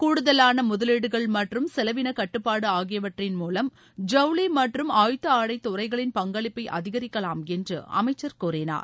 கூடுதலான முதலீடுகள் மற்றும் செலவின கட்டுப்பாடு ஆகியவற்றின் மூவம் ஜவுளி மற்றும் ஆயத்த ஆடை துறைகளின் பங்களிப்பை அதிகரிக்கலாம் என்று அமைச்சர் கூறினார்